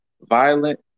Violent